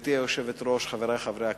גברתי היושבת-ראש, חברי חברי הכנסת,